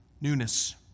newness